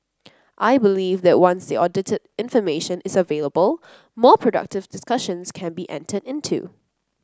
I believe that once the audited information is available more productive discussions can be entered into